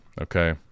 Okay